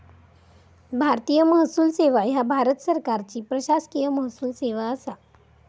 भारतीय महसूल सेवा ह्या भारत सरकारची प्रशासकीय महसूल सेवा असा